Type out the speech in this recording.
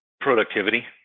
Productivity